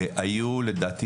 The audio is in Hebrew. היו לדעתי